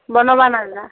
বনাব নাজানা